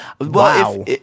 Wow